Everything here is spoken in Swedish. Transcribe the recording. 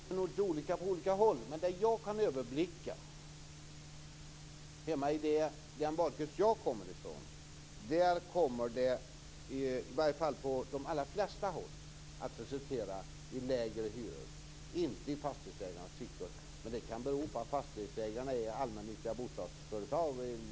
Fru talman! Jag tror att det drar åt lite olika håll, men enligt vad jag kan överblicka med den bakgrund som jag har kommer den i varje fall på de allra flesta håll att resultera i lägre hyror, och pengarna kommer inte att hamna i fastighetsägarnas fickor. Det kan dock bero på att fastighetsägarna i stor utsträckning är allmännyttiga bostadsföretag. Fru talman!